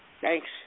Thanks